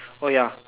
oh ya